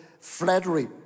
flattery